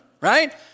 right